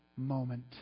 Moment